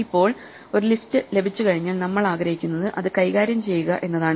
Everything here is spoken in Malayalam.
ഇപ്പോൾ ഒരു ലിസ്റ്റ് ലഭിച്ചുകഴിഞ്ഞാൽ നമ്മൾ ആഗ്രഹിക്കുന്നത് അത് കൈകാര്യം ചെയ്യുക എന്നതാണ്